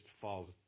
falls